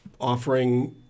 offering